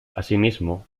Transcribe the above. asimismo